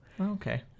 okay